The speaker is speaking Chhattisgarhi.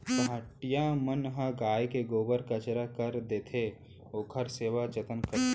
पहाटिया मन ह गाय के गोबर कचरा कर देथे, ओखर सेवा जतन करथे